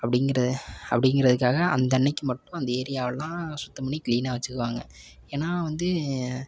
அப்படிங்கிற அப்படிங்கிறதுக்காக அந்த அன்னைக்கி மட்டும் அந்த ஏரியாவெலாம் சுத்தம் பண்ணி க்ளீனாக வச்சிக்குவாங்க ஏன்னா வந்து